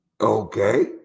Okay